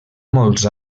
molts